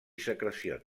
secrecions